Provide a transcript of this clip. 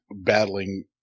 battling